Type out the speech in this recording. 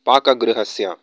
पाकगृहस्य